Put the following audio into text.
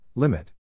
Limit